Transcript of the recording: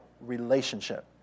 relationship